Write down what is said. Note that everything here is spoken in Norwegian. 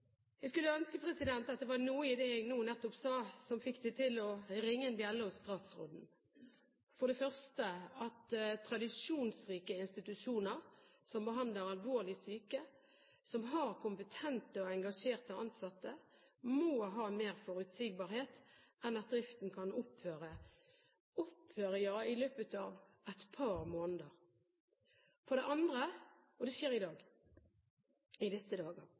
Jeg skulle ønske at det var noe i det jeg nettopp sa, som fikk det til å ringe en bjelle hos statsråden – for det første at tradisjonsrike institusjoner som behandler alvorlig syke, og som har kompetente og engasjerte ansatte, må ha mer forutsigbarhet enn at driften kan opphøre i løpet av et par måneder, det skjer i disse